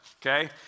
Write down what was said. okay